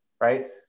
right